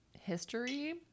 history